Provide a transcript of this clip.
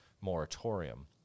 moratorium